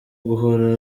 guhora